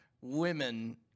women